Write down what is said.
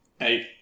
eight